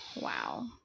wow